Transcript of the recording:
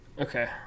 Okay